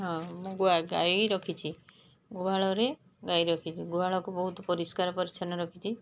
ହଁ ମୁଁ ଗୁଆ ଗାଈ ରଖିଛି ଗୁହାଳରେ ଗାଈର ରଖିଛି ଗୁହାଳକୁ ବହୁତ ପରିଷ୍କାର ପରିଚ୍ଛନ୍ନ ରଖିଛି